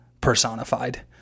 personified